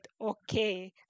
Okay